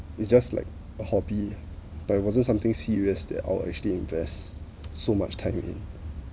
it's just like a hobby but it wasn't something serious that I'd actually invest so much time in